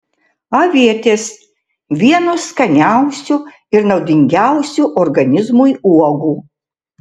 avietės vienos skaniausių ir naudingiausių organizmui uogų